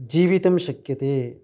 जीवितुं शक्यते